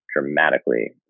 dramatically